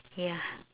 ya